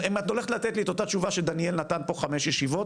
אם את הולכת לתת לי את תשובה שדניאל נתן פה 5 ישיבות,